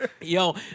yo